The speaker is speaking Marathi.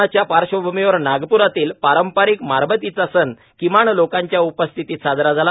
कोरोनाच्या पार्श्वभ्रमीवर नागप्रातील पारंपरिक मारबतिचा सण किमान लोकांच्या उपस्थितीत साजरा झाला